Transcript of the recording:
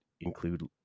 include